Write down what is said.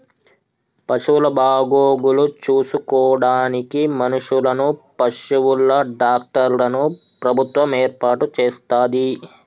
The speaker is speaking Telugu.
పశువుల బాగోగులు చూసుకోడానికి మనుషులను, పశువుల డాక్టర్లను ప్రభుత్వం ఏర్పాటు చేస్తది